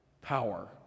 power